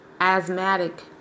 asthmatic